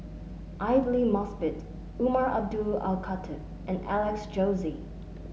Aidli Mosbit Umar Abdullah Al Khatib and Alex Josey